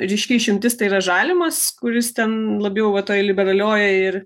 ryški išimtis tai yra žalimas kuris ten labiau va toj liberalioj ir